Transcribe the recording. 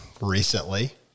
recently